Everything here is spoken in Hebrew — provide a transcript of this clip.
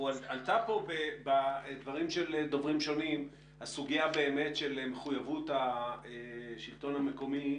עלתה פה בדברים של דוברים שונים סוגיית המחויבות של השלטון המקומי